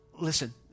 listen